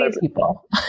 people